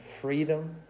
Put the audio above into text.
freedom